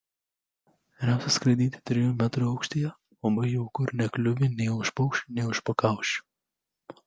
geriausia skraidyti trijų metrų aukštyje labai jauku ir nekliūvi nei už paukščių nei už pakaušių